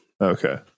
Okay